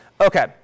okay